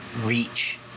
reach